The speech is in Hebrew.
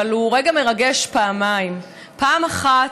אבל הוא רגע מרגש פעמיים: פעם אחת,